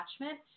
attachment